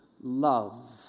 love